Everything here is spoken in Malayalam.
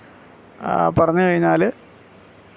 പറഞ്ഞ് കഴിഞ്ഞാൽ